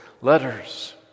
letters